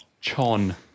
Chon